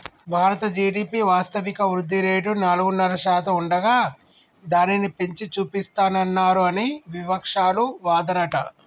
భారత జి.డి.పి వాస్తవిక వృద్ధిరేటు నాలుగున్నర శాతం ఉండగా దానిని పెంచి చూపిస్తానన్నారు అని వివక్షాలు వాదనట